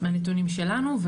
מהנתונים שלנו,